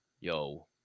yo